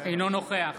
אינו נוכח